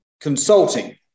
consulting